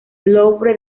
louvre